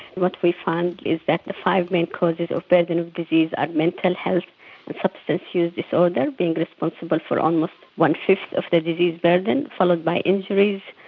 what we found is that the five main causes of the burden of disease are mental health and substance use disorder being responsible for almost one-fifth of the disease burden, followed by injuries,